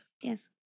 Yes